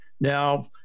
now